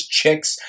chicks